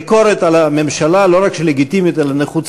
ביקורת על הממשלה היא לא רק לגיטימית אלא נחוצה,